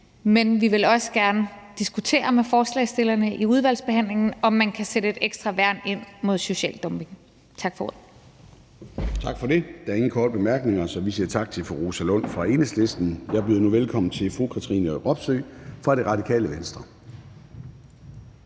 Men vi vil også gerne diskutere med forslagsstillerne i udvalgsbehandlingen, om man kan sætte et ekstra værn ind mod social dumping. Tak for ordet. Kl. 14:41 Formanden (Søren Gade): Tak for det. Der er ingen korte bemærkninger, så vi siger tak til fru Rosa Lund fra Enhedslisten. Jeg byder nu velkommen til fru Katrine Robsøe fra Radikale Venstre.